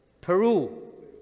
Peru